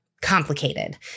complicated